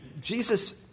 Jesus